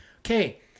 Okay